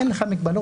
אין לך מגבלות,